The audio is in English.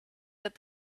that